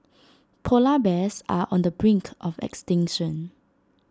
Polar Bears are on the brink of extinction